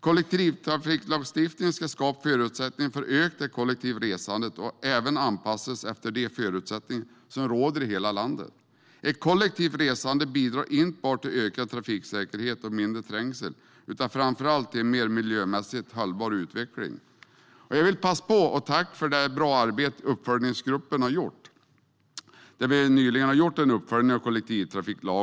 Kollektivtrafiklagstiftningen ska skapa förutsättningar för att öka det kollektiva resandet och även anpassas efter de förutsättningar som råder i hela landet. Ett kollektivt resande bidrar inte bara till ökad trafiksäkerhet och mindre trängsel utan framför allt till en mer miljömässigt hållbar utveckling. Jag vill passa på att tacka för ett bra arbete som uppföljningsgruppen har gjort. Vi har nyligen gjort en uppföljning av kollektivtrafiklagen.